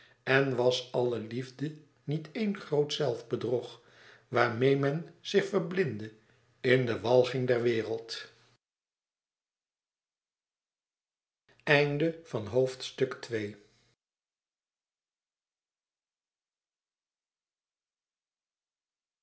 en was alle liefde niet éen groot zelfbedrog waarmeê men zich verblindde in de walging der wereld